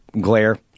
glare